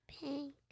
Pink